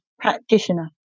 practitioner